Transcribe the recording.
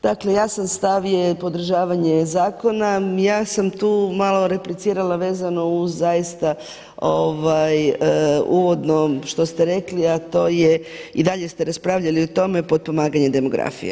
Dakle jasan stav je podržavanje zakona, ja sam tu malo replicirala vezano uz zaista uvodno što ste rekli, a to je i dalje ste raspravljali o tome potpomaganje demografije.